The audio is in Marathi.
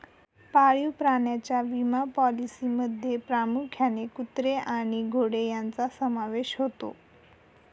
पाळीव प्राण्यांच्या विमा पॉलिसींमध्ये प्रामुख्याने कुत्रे आणि घोडे यांचा समावेश होतो